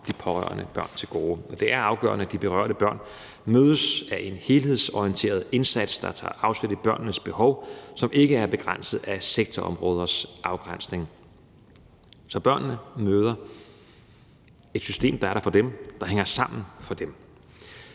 som pårørende til gode. Men det er afgørende, at de berørte børn mødes af en helhedsorienteret indsats, der tager afsæt i børnenes behov, og som ikke er begrænset af sektorområders afgrænsning. Børnene skal møde et system, der er der for dem, og som hænger sammen for dem.